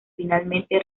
finalmente